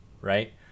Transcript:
right